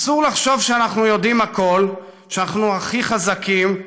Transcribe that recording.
אסור לחשוב שאנחנו יודעים הכול, שאנחנו הכי חזקים,